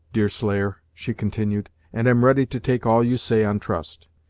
deerslayer, she continued, and am ready to take all you say on trust.